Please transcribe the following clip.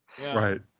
Right